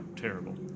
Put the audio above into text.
terrible